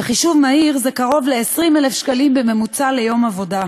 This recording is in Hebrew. בחישוב מהיר זה קרוב ל-20,000 שקלים בממוצע ליום עבודה,